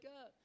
up